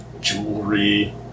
jewelry